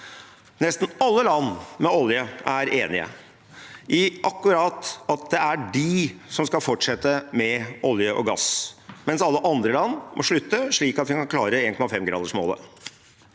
Nesten alle land med olje er enig i at det akkurat er de selv som skal fortsette med olje og gass, mens alle andre land må slutte, slik at vi kan klare 1,5-gradersmålet.